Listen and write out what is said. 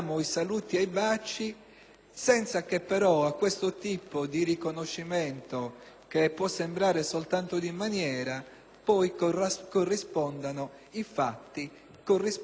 senza che però a questo tipo di riconoscimento, che può sembrare soltanto di maniera, corrispondano poi i fatti, corrisponda l'impegno.